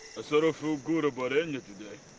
i sort of feel good about enya today.